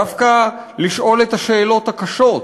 דווקא לשאול את השאלות הקשות.